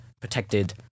protected